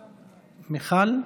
מיכל?